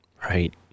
Right